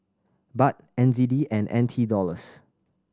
Baht N Z D and N T Dollars